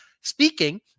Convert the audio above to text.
Speaking